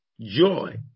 joy